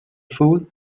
fool